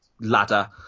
ladder